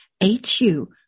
H-U